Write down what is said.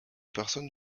personnes